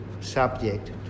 subject